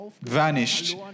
vanished